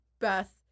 Beth